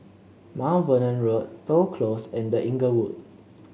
Mount Vernon Road Toh Close and The Inglewood